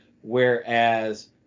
Whereas